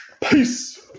Peace